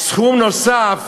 סכום נוסף